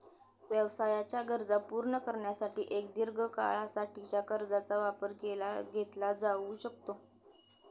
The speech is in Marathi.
व्यवसायाच्या गरजा पूर्ण करण्यासाठी एक दीर्घ काळा साठीच्या कर्जाचा वापर केला घेतला जाऊ शकतो